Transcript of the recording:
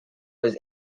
was